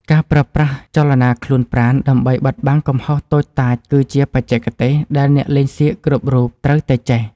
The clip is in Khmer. ការប្រើប្រាស់ចលនាខ្លួនប្រាណដើម្បីបិទបាំងកំហុសតូចតាចគឺជាបច្ចេកទេសដែលអ្នកលេងសៀកគ្រប់រូបត្រូវតែចេះ។